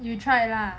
you tried lah